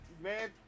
man